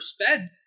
spend